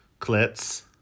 Clits